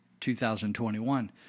2021